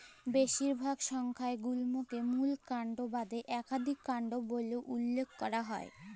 বেশিরভাগ সংখ্যায় গুল্মকে মূল কাল্ড বাদে ইকাধিক কাল্ড ব্যইলে উল্লেখ ক্যরা হ্যয়